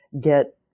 get